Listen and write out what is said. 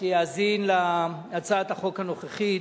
שיאזין להצעת החוק הנוכחית.